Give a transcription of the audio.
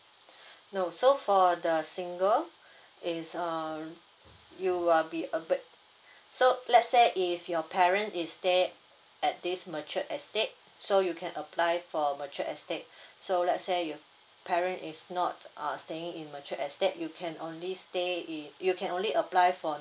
no so for the single is err you will be uh but so let's say if your parent is stay at this mature estate so you can apply for mature estate so let's say your parent is not uh staying in mature estate you can only stay if you can only apply for